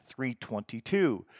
322